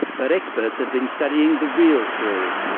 but experts have been studying the real story.